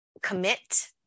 commit